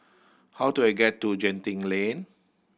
how do I get to Genting Lane